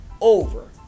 over